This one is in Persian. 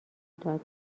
داد